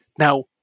Now